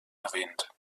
erwähnt